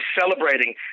celebrating